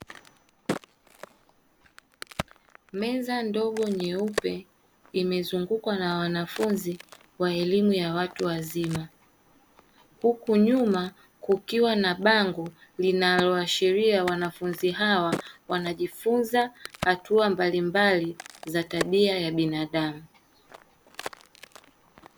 Meza ndogo nyeupe imezungukwa na wanafunzi wa elimu ya watu wazima, huku nyuma kukiwa na bango linaloashiria wanafunzi hawa wanajifunza hatua mbalimbali za tabia ya binadamu.